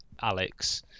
Alex